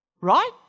Right